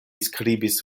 skribis